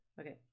Okay